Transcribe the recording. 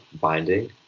binding